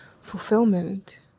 fulfillment